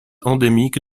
endémique